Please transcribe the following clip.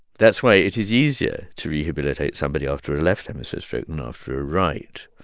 that's why it is easier to rehabilitate somebody after a left hemisphere stroke than after a right.